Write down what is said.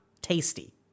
tasty